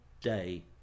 day